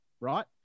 right